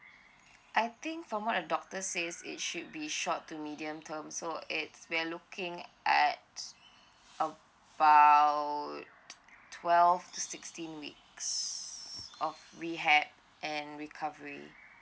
I think from what the doctor says it should be shot to medium term so it's we are looking at about twelve to sixteen weeks of we had and recovery